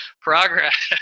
progress